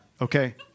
okay